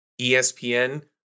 ESPN